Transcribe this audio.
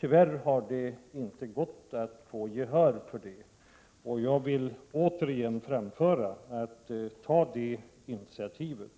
Tyvärr har det inte gått att få gehör för detta. Jag vill återigen framföra uppmaningen till kommunikationsministern att ta det initiativet.